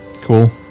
Cool